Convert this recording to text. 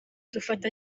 dufata